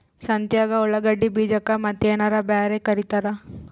ಸಂತ್ಯಾಗ ಉಳ್ಳಾಗಡ್ಡಿ ಬೀಜಕ್ಕ ಮತ್ತೇನರ ಬ್ಯಾರೆ ಕರಿತಾರ?